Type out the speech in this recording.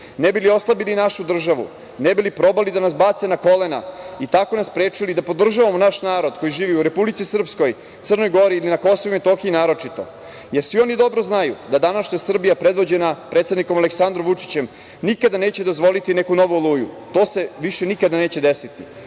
ne bili oslabili našu državu, ne bili probali da nas bace na kolena i tako nas sprečili da podržavamo naš narod koji žive u Republici Srpskoj, Crnoj Gori ili na Kosovu i Metohiji naročito, jer oni svi dobro znaju da današnja Srbija predvođena predsednikom Aleksandrom Vučićem, nikada neće dozvoliti neku novu „Oluju“, to se više nikada neće desiti,